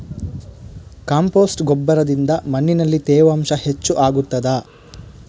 Compost ಗೊಬ್ಬರದಿಂದ ಮಣ್ಣಿನಲ್ಲಿ ತೇವಾಂಶ ಹೆಚ್ಚು ಆಗುತ್ತದಾ?